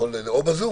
או בזום.